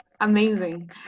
Amazing